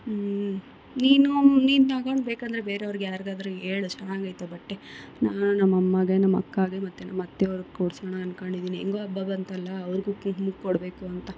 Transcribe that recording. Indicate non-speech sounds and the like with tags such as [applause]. ಹ್ಞೂ ನೀನು ನೀನು ತಗೊಂಡ್ಬೇಕಂದರೆ ಬೇರೆಯವ್ರಿಗೆ ಯಾರಿಗಾದ್ರು ಹೇಳು ಚೆನ್ನಾಗೈತೆ ಬಟ್ಟೆ ನಾನು ನಮ್ಮ ಅಮ್ಮಗೆ ನಮ್ಮ ಅಕ್ಕಗೆ ಮತ್ತು ನಮ್ಮ ಅತ್ತೆಯವ್ರಿಗೆ ಕೊಡಿಸೋಣ ಅನ್ಕೊಂಡಿದಿನಿ ಹೆಂಗೋ ಹಬ್ಬ ಬಂತಲ್ಲ ಅವ್ರಿಗೂ [unintelligible] ಕೊಡಬೇಕು ಅಂತ